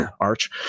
Arch